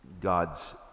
God's